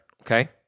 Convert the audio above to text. okay